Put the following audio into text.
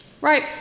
Right